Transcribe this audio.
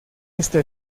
esta